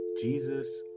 Jesus